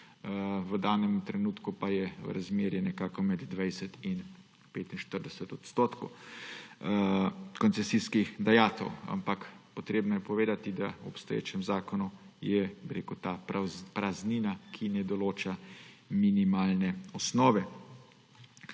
V danem trenutku je razmerje nekako med 20 in 45 % koncesijskih dajatev, ampak potrebno je povedati, da je v obstoječem zakonu praznina, ki ne določa minimalne osnove.